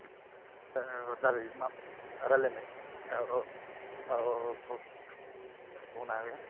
दालाय मा रायज्लायनो औ औ औ बुंनो हायो